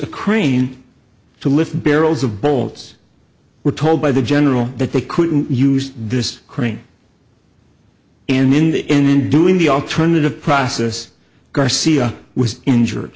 a crane to lift barrels of bolts were told by the general that they couldn't use this crane and in the end in doing the alternative process garcia was injured